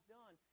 done